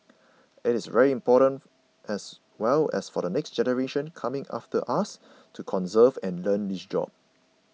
it is very important as well for the next generation coming after us to conserve and learn this job